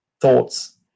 thoughts